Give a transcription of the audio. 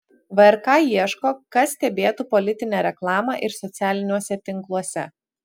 vrk ieško kas stebėtų politinę reklamą ir socialiniuose tinkluose